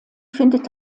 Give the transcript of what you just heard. findet